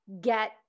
get